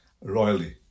royally